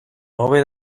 hobe